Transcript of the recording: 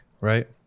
right